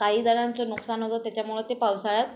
काही जणांचं नुकसान होतं त्याच्यामुळं ते पावसाळ्यात